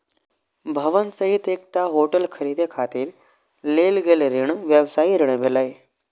भवन सहित एकटा होटल खरीदै खातिर लेल गेल ऋण व्यवसायी ऋण भेलै